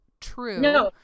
True